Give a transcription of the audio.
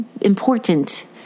important